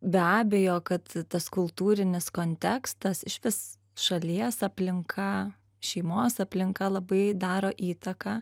be abejo kad tas kultūrinis kontekstas išvis šalies aplinka šeimos aplinka labai daro įtaką